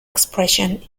expressions